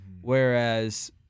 whereas